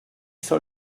soll